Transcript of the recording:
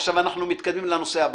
עכשיו אנחנו מתקדמים לנושא הבא.